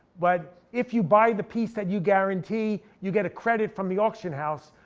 but if you buy the piece that you guarantee, you get a credit from the auction house.